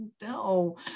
no